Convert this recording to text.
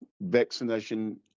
vaccination